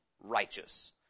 righteous